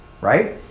Right